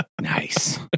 Nice